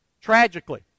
tragically